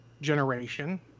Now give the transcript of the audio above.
generation